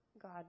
God